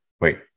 wait